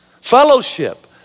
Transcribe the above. fellowship